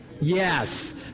Yes